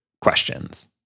questions